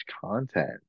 content